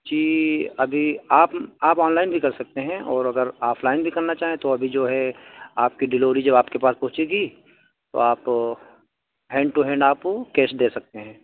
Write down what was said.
جی ابھی آپ آپ آن لائن بھی کر سکتے ہیں اور اگر آف لائن بھی کرنا چاہیں تو ابھی جو ہے آپ کی ڈیلیوری جب آپ کے پاس پہنچے گی تو آپ ہینڈ ٹو ہینڈ آپ کیش دے سکتے ہیں